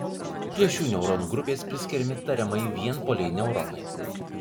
prie šių neuronų grupės priskiriami tariamai vienpoliai neuronai